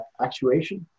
Actuation